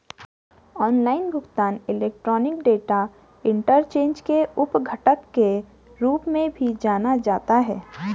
online भुगतान electronic data interchange के उप घटक के रूप में भी जाना जाता है